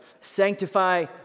Sanctify